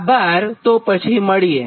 આભારતો પછી મળીએ